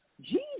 Jesus